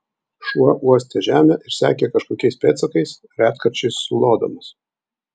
šuo uostė žemę ir sekė kažkokiais pėdsakais retkarčiais sulodamas